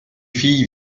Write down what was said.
filles